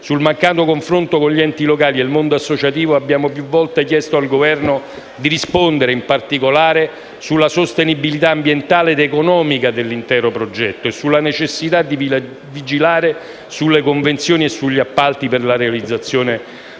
Sul mancato confronto con gli enti locali e il mondo associativo abbiamo più volte chiesto al Governo di rispondere, in particolare sulla sostenibilità ambientale ed economica dell'intero progetto e sulla necessità di vigilare sulle convenzioni e sugli appalti per la realizzazione dei